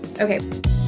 Okay